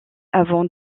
avant